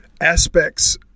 aspects